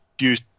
use